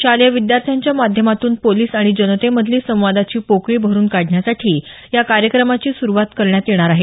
शालेय विद्यार्थ्यांच्या माध्यमातून पोलिस आणि जनते मधली संवादाची पोकळी भरून काढण्यासाठी या कार्यक्रमाची सुरूवात करण्यात येणार आहे